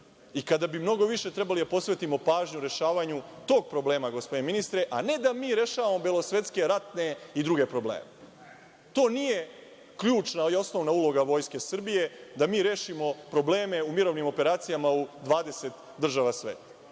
i kada bi mnogo više trebali da posvetimo pažnju rešavanju tog problema, gospodine ministre, a ne da mi rešavamo belosvetske ratne i druge probleme? To nije ključna i osnovna uloga Vojske Srbije da mi rešimo probleme u mirovnim operacijama u 20 država sveta,